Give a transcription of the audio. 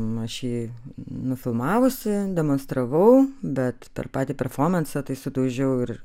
nu aš jį nufilmavusi demonstravau bet per patį performansą tai sudaužiau ir